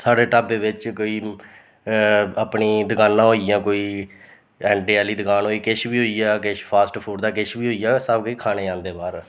साढ़ै ढाबे बिच्च कोई अपनी दकानां होई गेइयां इ'यां कोई अंडे आह्ली दकान होई किश बी होइ गेआ फ़ास्ट फ़ूड दा किश बी होई गेआ सब किश खाने आंदे बाह्र